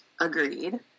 Agreed